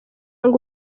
ngo